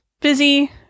busy